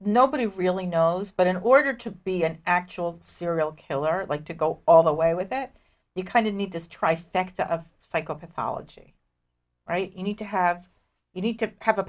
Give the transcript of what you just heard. nobody really knows but in order to be an actual serial killer like to go all the way with that you kind of need to try facts of psychopathology right you need to have you need to have a